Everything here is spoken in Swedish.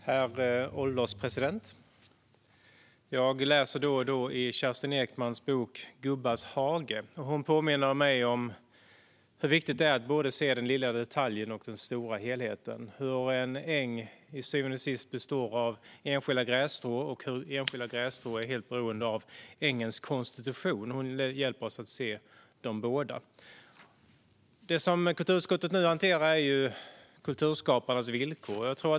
Herr ålderspresident! Jag läser då och då i Kerstin Ekmans bok Gubbas hage . Hon påminner mig om hur viktigt det är att både se den lilla detaljen och den stora helheten. En äng består till syvende och sist av enskilda grässtrån, och enskilda grässtrån är helt beroende av ängens konstitution. Hon hjälper oss att se de båda. Det som kulturutskottet nu hanterar är kulturskaparnas villkor.